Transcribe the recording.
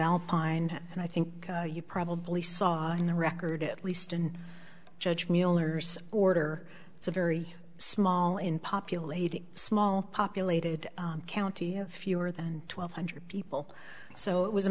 alpine and i think you probably saw in the record at least in judge miller's order it's a very small in populated small populated county of fewer than twelve hundred people so it was a